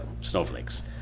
Snowflakes